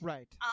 Right